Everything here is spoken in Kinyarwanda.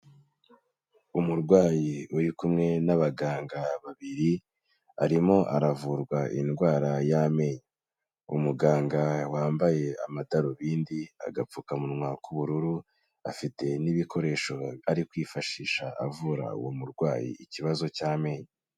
Umurwayi uri kumwe n'abaganga babiri, arimo aravurwa indwara y'amenyo, umuganga wambaye amadarubindi, agapfukamunwa k'ubururu afite n'ibikoresho ari kwifashisha avura uwo murwayi ikibazo cy'amenyo.